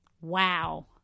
Wow